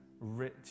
rich